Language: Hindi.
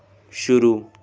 शुरू